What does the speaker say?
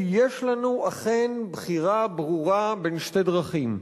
כי יש לנו אכן בחירה ברורה בין שתי דרכים: